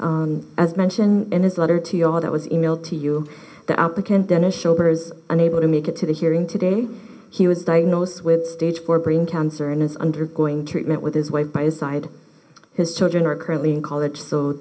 house as mention in his letter to you all that was emailed to you that applicant dennis shoulders unable to make it to the hearing today he was diagnosed with stage four brain cancer and is undergoing treatment with his weight by his side his children are currently in college so